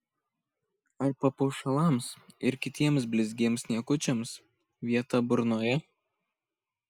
ar papuošalams ir kitiems blizgiems niekučiams vieta burnoje